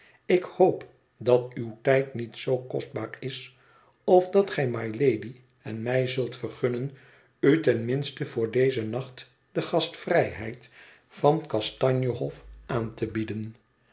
ik hoop dat uw tijd niet zoo kostbaar is of dat gij mylady en mij zult vergunnen u ten minste voor dezen nacht de gastvrijheid van kastanje hof aan te bieden